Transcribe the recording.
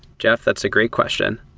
jeff, that's a great question.